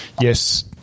yes